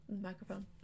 Microphone